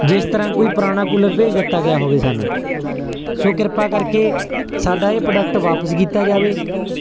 ਜਿਸ ਤਰ੍ਹਾਂ ਕੋਈ ਪੁਰਾਣਾ ਕੂਲਰ ਭੇਜ ਦਿੱਤਾ ਗਿਆ ਹੋਵੇ ਸਾਨੂੰ ਸੋ ਕਿਰਪਾ ਕਰਕੇ ਸਾਡਾ ਇਹ ਪ੍ਰੋਡਕਟ ਵਾਪਸ ਕੀਤਾ ਜਾਵੇ